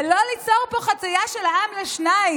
ולא ליצור פה חצייה של העם לשניים,